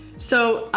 so,